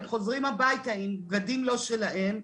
הם חוזרים הביתה עם בגדים לא שלהם.